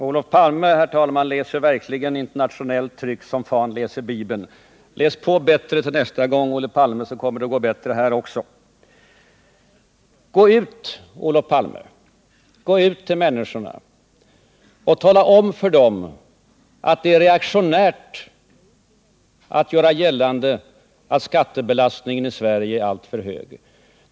Herr talman! Olof Palme läser verkligen internationellt tryck som f-n läser Bibeln. Läs på bättre nästa gång, Olof Palme, så kommer det att gå bättre här också. Gå ut, Olof Palme, till människorna och tala om för dem att det är reaktionärt att göra gällande att skattebelastningen i Sverige är alltför hög.